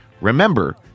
Remember